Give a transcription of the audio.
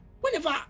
whenever